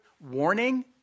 warning